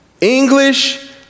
English